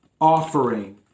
Offering